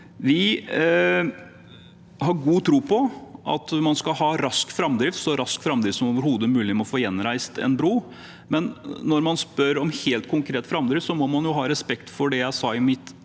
Vi har god tro på at man skal ha rask framdrift, så rask framdrift som overhodet mulig, med å få gjenreist en bru, men når man spør om helt konkret framdrift, må man ha respekt for det jeg sa i mitt